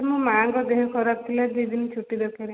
ମୋ ମାଆଙ୍କ ଦେହ ଖରାପ ଥିଲା ଦୁଇ ଦିନ ଛୁଟି ଦରକାର